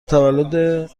تولد